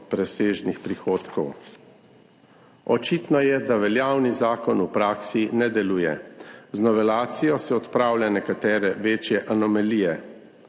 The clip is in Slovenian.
presežnih prihodkov. Očitno je, da veljavni zakon v praksi ne deluje. Z novelacijo se odpravlja nekatere večje anomalije.